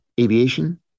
aviation